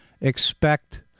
expect